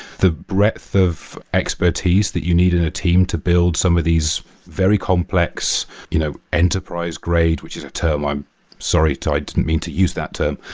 the breath of expertise that you need in a team to build some of these very complex you know enterprise grade, which is a term i'm sorry. i didn't mean to use that term,